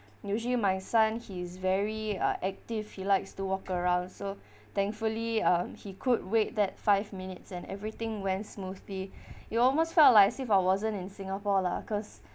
usually my son he is very uh active he likes to walk around so thankfully um he could wait that five minutes and everything went smoothly it almost felt like as if I wasn't in singapore lah cause